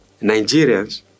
nigerians